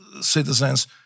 citizens